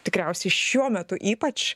tikriausiai šiuo metu ypač